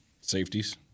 Safeties